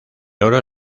oro